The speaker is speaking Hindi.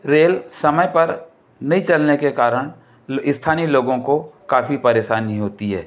रेल समय पर नहीं चलने के कारण स्थानीय लोगों को काफ़ी परेशानी होती है